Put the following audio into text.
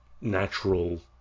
natural